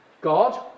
God